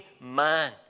man